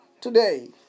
today